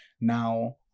Now